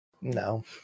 no